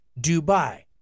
Dubai